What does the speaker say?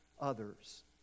others